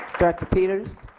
director peters.